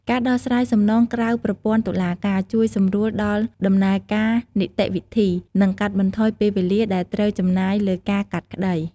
ការដោះស្រាយសំណងក្រៅប្រព័ន្ធតុលាការ ជួយសម្រួលដល់ដំណើរការនីតិវិធី និងកាត់បន្ថយពេលវេលាដែលត្រូវចំណាយលើការកាត់ក្តី។